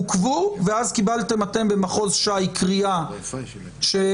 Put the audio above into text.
עוכבו ואז קיבלתם אתם במחוש ש"י קריאה שמזמינה